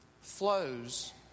flows